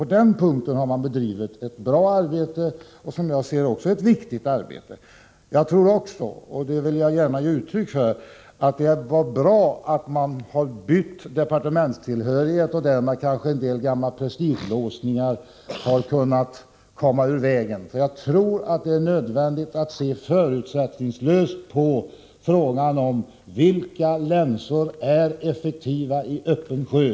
På den punkten har man bedrivit bra och viktigt arbete. Jag vill gärna ge uttryck för att det var bra att verksamheten har bytt departementstillhörighet. Därmed har kanske en del gamla prestigelåsningar kunnat undanröjas. Jag tror att det är nödvändigt att se förutsättningslöst på frågan om vilka länsor som är effektiva i öppen sjö.